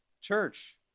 church